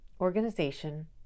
organization